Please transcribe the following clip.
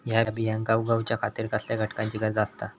हया बियांक उगौच्या खातिर कसल्या घटकांची गरज आसता?